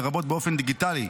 לרבות באופן דיגיטלי,